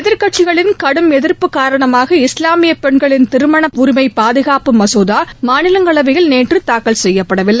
எதிர்க்கட்சிகளின் கடும் எதிர்ப்பு காரணமாக இஸ்லாமிய பெண்களின் திருமண உரிமை பாதுகாப்பு மசோதா மாநிலங்களவையில் நேற்று தாக்கல் செய்யப்படவில்லை